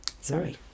Sorry